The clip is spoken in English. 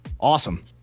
Awesome